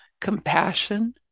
compassion